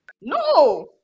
no